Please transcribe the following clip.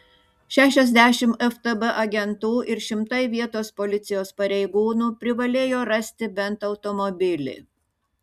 šešiasdešimt ftb agentų ir šimtai vietos policijos pareigūnų privalėjo rasti bent automobilį